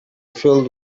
filled